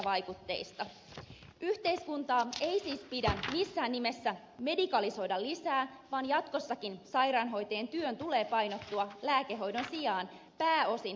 yhteiskuntaa ei siis pidä missään nimessä medikalisoida lisää vaan jatkossakin sairaanhoitajien työn tulee painottua lääkehoidon sijaan pääosin muuhun työhön